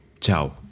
Ciao